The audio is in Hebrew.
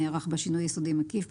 שנערך בה שינוי יסודי מקיף,